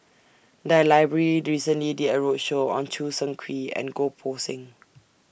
The Library recently did A roadshow on Choo Seng Quee and Goh Poh Seng